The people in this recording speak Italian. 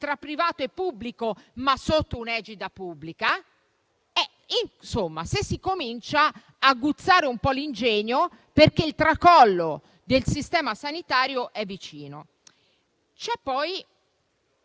tra privato e pubblico, ma sotto un'egida pubblica, se si comincia ad aguzzare un po' l'ingegno, perché il tracollo del sistema sanitario è vicino. C'è poi una